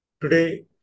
Today